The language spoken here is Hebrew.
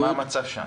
מה המצב שם?